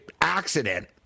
accident